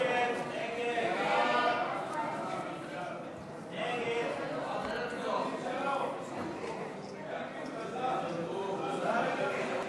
הצעת סיעת העבודה להביע אי-אמון בממשלה לא נתקבלה.